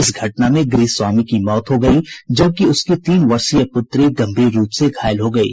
इस घटना में गृह स्वामी की मौत हो गयी जबकि उसकी तीन वर्षीय पुत्री गंभीर रूप से घायल हो गयी